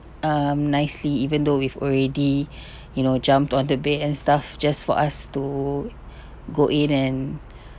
um nicely even though we've already you know jumped on the bed and stuff just for us to go in and